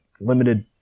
limited